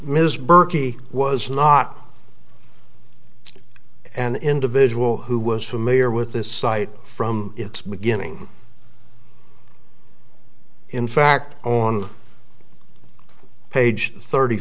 burkey was not an individual who was familiar with this site from its beginning in fact on page thirty